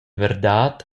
verdad